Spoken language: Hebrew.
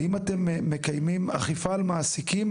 האם אתם מקיימים אכיפה על מעסיקים,